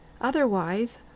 otherwise